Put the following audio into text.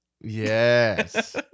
Yes